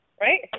right